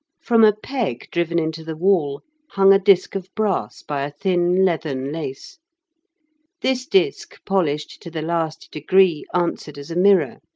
from a peg driven into the wall hung a disc of brass by a thin leathern lace this disc, polished to the last degree, answered as a mirror.